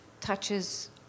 touches